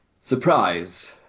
surprise